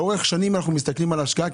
לאורך שנים אנחנו מסתכלים על ההשקעה.